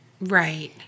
Right